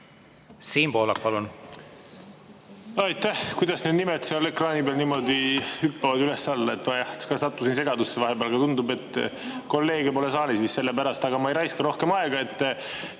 Siim Pohlak, palun! Aitäh! Kuidas need nimed seal ekraani peal niimoodi hüppavad üles-alla? Ma sattusin segadusse vahepeal. Tundub, et kolleege pole saalis, sellepärast. Aga ma ei raiska rohkem aega.